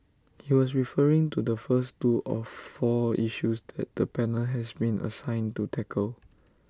he was referring to the first two of four issues that the panel has been assigned to tackle